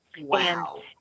Wow